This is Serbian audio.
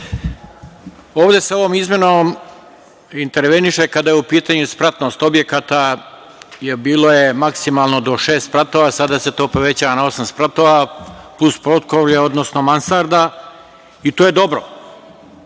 Ovde se ovom izmenom interveniše kada je u pitanju spratnost objekata, jer bilo je maksimalno do šest spratova, sada se to povećava na osam spratova, plus potkrovlje, odnosno mansarda. I to je dobro.